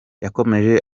yakomeje